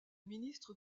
ministre